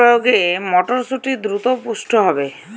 কি প্রয়োগে মটরসুটি দ্রুত পুষ্ট হবে?